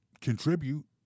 contribute